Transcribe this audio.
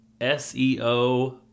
SEO